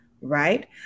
right